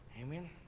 Amen